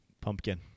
Pumpkin